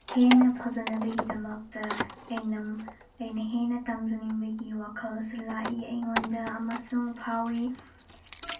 ꯍꯦꯟꯅ ꯐꯖꯅꯕꯒꯤꯗꯃꯛꯇ ꯑꯩꯅ ꯑꯩꯅ ꯍꯦꯟꯅ ꯇꯝꯖꯅꯤꯡꯕꯒꯤ ꯋꯥꯈꯜꯁꯨ ꯂꯥꯛꯏ ꯑꯩꯉꯣꯟꯗ ꯑꯃꯁꯨꯡ ꯐꯥꯎꯋꯤ